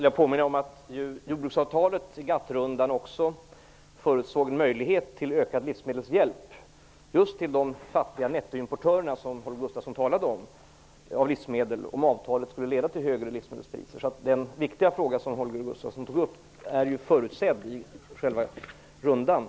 Fru talman! Jordbruksavtalet och GATT-rundan förutsåg också en möjlighet till ökad livsmedelshjälp just till de fattiga nettoimportörer som Holger Gustafsson talade om, om avtalet skulle leda till högre livsmedelspriser. Den viktiga fråga som Holger Gustafsson tog upp förutsågs alltså i själva rundan.